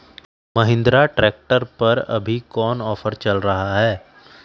Mahindra tractor पर अभी कोन ऑफर चल रहा है?